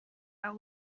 are